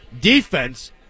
defense